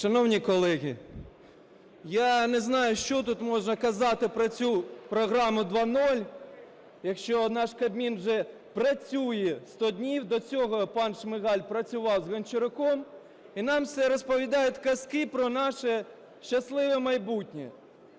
Шановні колеги, я не знаю, що тут можна казати про цю програму "2.0" якщо наш Кабмін вже працює 100 днів, до цього пан Шмигаль працював з Гончаруком, і нам все розповідають казки про наше щасливе майбутнє.